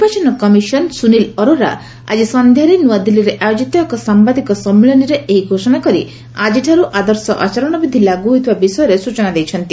ନିର୍ବାଚନ କମିଶନ ସୁନୀଲ ଅରୋରା ଆଜି ସନ୍ଧ୍ୟାରେ ନ୍ତଆଦିଲ୍ଲୀରେ ଆୟୋଜିତ ଏକ ସାମ୍ବାଦିକ ସମ୍ମିଳନୀରେ ଏହି ଘୋଷଣା କରି ଆକ୍କିଠାରୁ ଆଦର୍ଶ ଆଚରଣବିଧି ଲାଗୁ ହୋଇଥିବା ବିଷୟରେ ସୂଚନା ଦେଇଛନ୍ତି